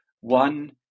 one